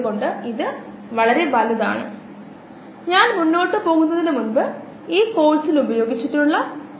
പ്രാരംഭ പ്രഭാഷണങ്ങളിൽ dynamic systems പരിഗണിക്കുമ്പോൾ നിരക്കുകൾ ഉപയോഗിക്കേണ്ടതിന്റെ ആവശ്യകത നമ്മൾ കണ്ടു